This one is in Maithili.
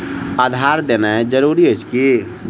आधार देनाय जरूरी अछि की?